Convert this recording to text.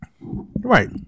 right